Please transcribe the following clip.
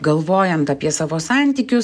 galvojant apie savo santykius